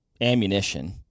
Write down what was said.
ammunition